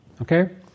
Okay